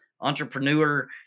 entrepreneur